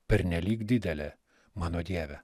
pernelyg didelė mano dieve